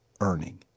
earning